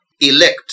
elect